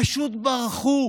פשוט ברחו,